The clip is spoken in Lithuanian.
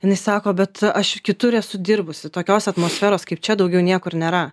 jinai sako bet aš kitur esu dirbusi tokios atmosferos kaip čia daugiau niekur nėra